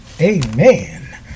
Amen